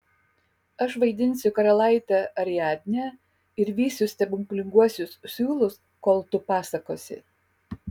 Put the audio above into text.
aš vaidinsiu karalaitę ariadnę ir vysiu stebuklinguosius siūlus kol tu pasakosi